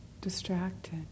distracted